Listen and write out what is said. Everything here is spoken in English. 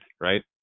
right